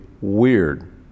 weird